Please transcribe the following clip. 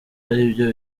aribyo